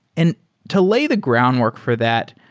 and to lay the groundwork for that,